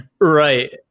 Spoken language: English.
Right